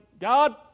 God